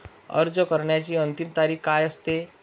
अर्ज करण्याची अंतिम तारीख काय असते?